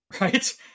right